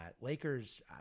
Lakers